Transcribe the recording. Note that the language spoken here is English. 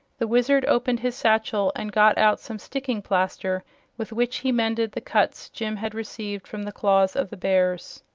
the wizard opened his satchel and got out some sticking-plaster with which he mended the cuts jim had received from the claws of the bears.